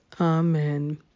Amen